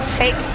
take